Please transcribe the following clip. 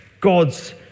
God's